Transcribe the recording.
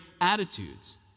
attitudes